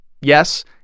Yes